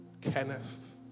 Kenneth